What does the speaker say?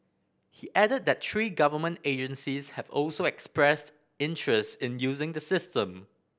he added that three government agencies have also expressed interest in using the system